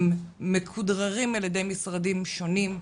הם מכודררים על ידי משרדים שונים,